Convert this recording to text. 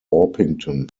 orpington